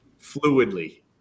fluidly